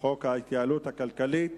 חוק ההתייעלות הכלכלית